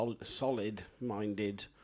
solid-minded